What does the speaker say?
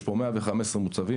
יש פה 115 מוצבים.